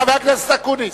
חבר הכנסת אקוניס.